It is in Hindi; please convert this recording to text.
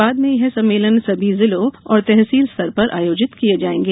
बाद में यह सम्मेलन सभी जिलों और तहसील स्तर पर आयोजित किये जाएंगे